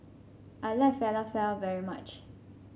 I like Falafel very much